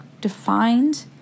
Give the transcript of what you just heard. defined